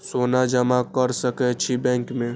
सोना जमा कर सके छी बैंक में?